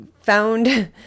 found